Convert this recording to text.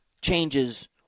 changes